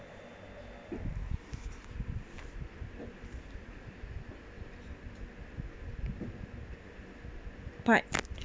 part